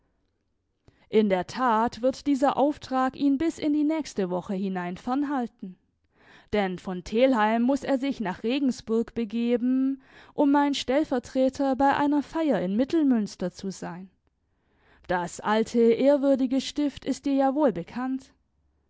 in der tat wird dieser auftrag ihn bis in die nächste woche hinein fernhalten denn von telheim muß er sich nach regensburg begeben um mein stellvertreter bei einer feier in mittelmünster zu sein das alte ehrwürdige stift ist dir ja wohlbekannt